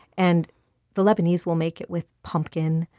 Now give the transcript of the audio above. and the lebanese will make it with pumpkin,